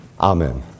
Amen